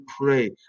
pray